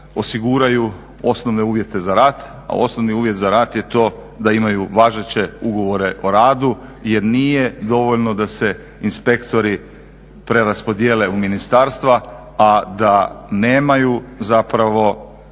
osiguraju osnovne uvjete za rad, a osnovni uvjet za rad je to da imaju važeće ugovore o radu jer nije dovoljno da se inspektori preraspodijele u ministarstva, a da nemaju zapravo